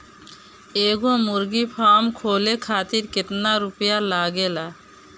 एगो मुर्गी फाम खोले खातिर केतना रुपया लागेला?